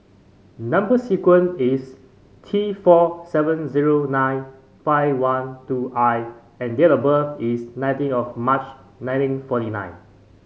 number sequence is T four seven zero nine five one two I and date of birth is nineteen of March nineteen forty nine